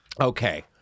Okay